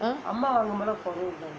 ah